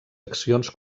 accions